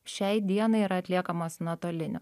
šiai dienai yra atliekamos nuotoliniu